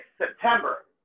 September